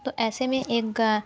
तो ऐसे में एक